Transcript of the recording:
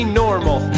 normal